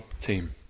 team